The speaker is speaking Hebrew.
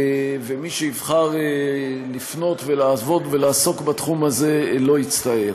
ומי שיבחר לפנות לעבוד ולעסוק בתחום הזה לא יצטער.